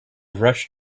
rush